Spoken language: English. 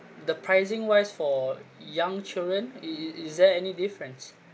the pricing wise for young children it it is there any difference